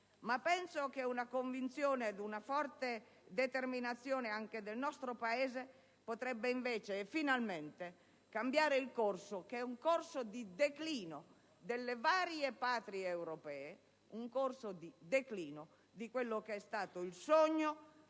ma penso che una convinzione ed una forte determinazione anche del nostro Paese potrebbero invece e finalmente cambiare il corso, che è un corso di declino delle varie Patrie europee, un corso di declino di quello che è stato il sogno